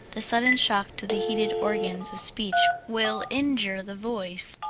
the sudden shock to the heated organs of speech will injure the voice.